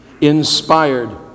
inspired